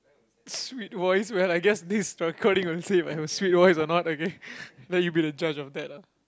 sweet voice well I guess this recording will say I have a sweet voice or not okay let you be the judge of that ah